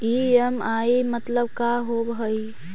EMI मतलब का होब हइ?